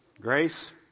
Grace